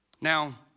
Now